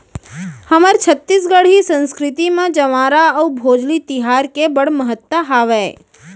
हमर छत्तीसगढ़ी संस्कृति म जंवारा अउ भोजली तिहार के बड़ महत्ता हावय